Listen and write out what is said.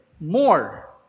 more